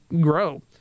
grow